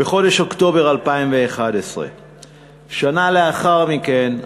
בחודש אוקטובר 2011. שנה לאחר מכן,